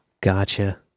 Gotcha